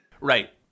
Right